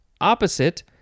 opposite